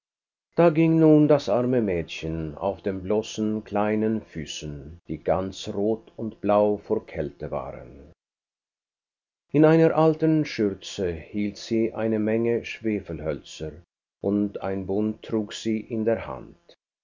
da ging nun das arme mädchen auf den bloßen kleinen füßen die ganz rot und blau vor kälte waren in einer alten schürze hielt sie eine menge schwefelhölzer und ein bund trug sie in der hand